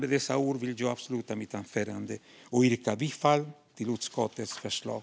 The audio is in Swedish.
Med dessa ord vill jag avsluta mitt anförande och yrka bifall till utskottets förslag.